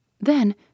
Then